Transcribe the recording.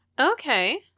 Okay